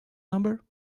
number